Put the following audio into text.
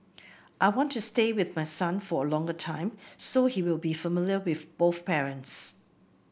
I want to stay with my son for a longer time so he will be familiar with both parents